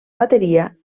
bateria